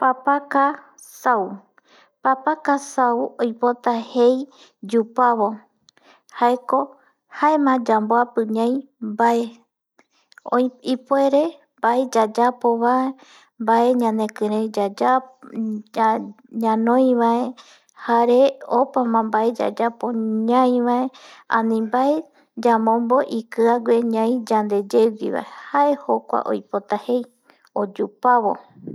Papaka sau, papaka sau oipota jei yupavo jaeko jaema yamboapi ñai mbae ipuere mbae yayapova, mbae ñanekirei ñanoivae jare opama mbae yayapo ñaivae ani mbae ikiague yamombo ñai yande yeigui vae, jae jokue oipota jei oyupavo